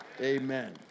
Amen